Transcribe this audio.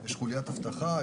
יש חוליית אבטחה,